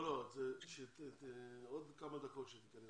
לאוצר מה הצרכים שלכם יחסית לתקציב.